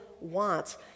wants